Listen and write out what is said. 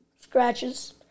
Scratches